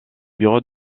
bureau